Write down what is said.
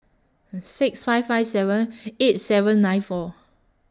six five five seven eight seven nine four